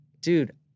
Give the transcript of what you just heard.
dude